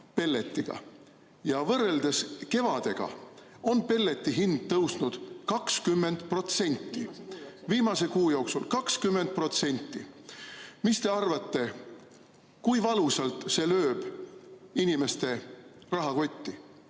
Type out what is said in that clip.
ja võrreldes kevadega on pelleti hind tõusnud 20% viimase kuu jooksul. 20%! Mis te arvate, kui valusalt see lööb inimeste rahakotti?